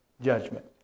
judgment